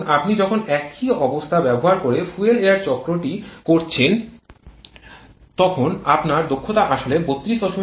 এখন আপনি যখন একই অবস্থা ব্যবহার করে ফুয়েল এয়ার চক্রটি করছেন তখন আপনার দক্ষতা আসলে ৩২২ এ চলে আসে